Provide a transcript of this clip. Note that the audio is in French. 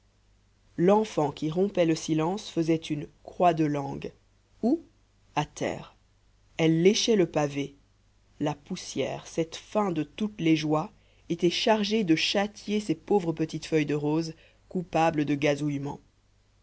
l'enfant qui rompait le silence faisait une croix de langue où à terre elle léchait le pavé la poussière cette fin de toutes les joies était chargée de châtier ces pauvres petites feuilles de rose coupables de gazouillement